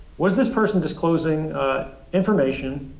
was this person disclosing information